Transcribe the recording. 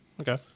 Okay